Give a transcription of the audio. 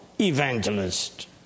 evangelist